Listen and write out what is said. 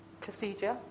procedure